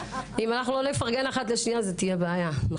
אם אנחנו לא נפרגן אחת לשנייה, זו תהיה בעיה.